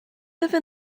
even